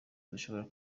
dushobora